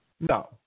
No